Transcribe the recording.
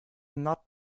not